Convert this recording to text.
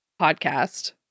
podcast